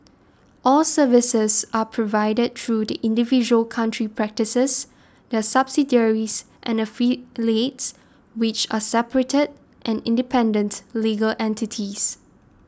all services are provided through the individual country practices their subsidiaries and affiliates which are separate and independent legal entities